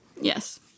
Yes